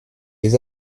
les